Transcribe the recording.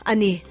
Ani